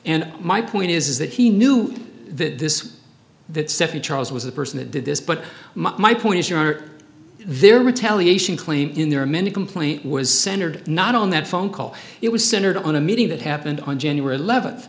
and my point is is that he knew this that seven charles was the person that did this but my point is you're there retaliation claim in there are many complaint was centered not on that phone call it was centered on a meeting that happened on january eleventh